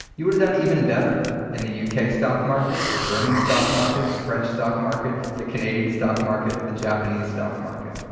you would have done even better in the u. k. stock market, the german stock market, the french stock market, the canadian stock market, the japanese stock market.